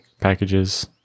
packages